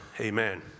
Amen